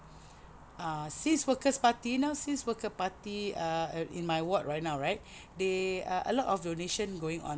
ah since Workers [arty now since workers party ah in my ward right now right they a lot of donation going on